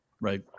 Right